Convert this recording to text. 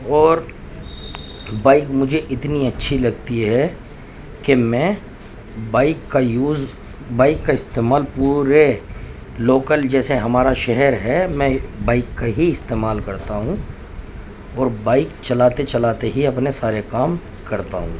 اور بائک مجھے اتنی اچھی لگتی ہے کہ میں بائک کا یوز بائک کا استعمال پورے لوکل جیسے ہمارا شہر ہے میں بائک کا ہی استعمال کرتا ہوں اور بائک چلاتے چلاتے ہی اپنے سارے کام کرتا ہوں